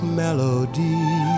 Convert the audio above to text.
melody